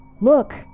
Look